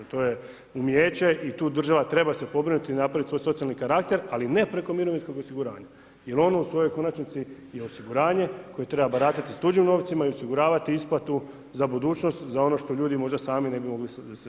To je umijeće i tu država treba se pobrinut napravit svoj socijalni karakter, ali ne preko mirovinskog osiguranja jer ono u svojoj konačnici je osiguranje koje treba baratati s tuđim novcima i osiguravati isplatu za budućnost za ono što ljudi možda sami ne bi mogli se snaći.